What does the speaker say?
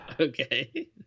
Okay